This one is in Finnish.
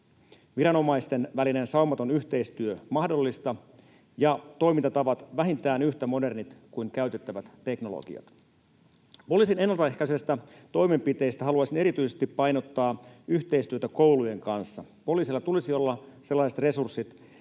viranomaisten välinen saumaton yhteistyö mahdollista ja toimintatavat vähintään yhtä modernit kuin käytettävät teknologiat. Poliisin ennalta ehkäisevistä toimenpiteistä haluaisin erityisesti painottaa yhteistyötä koulujen kanssa. Poliisilla tulisi olla sellaiset resurssit,